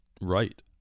right